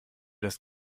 das